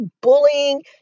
bullying